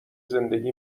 زندگی